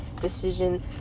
decision